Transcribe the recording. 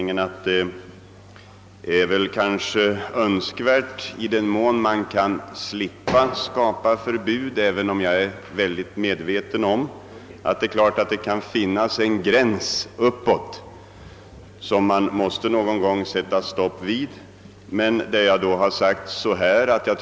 Jag framförde då den meningen att det är önskvärt att undvika förbud i den mån det är möjligt, men jag är medveten om att man någon gång kan komma i ett läge där även en sådan form av begränsning kan aktualiseras.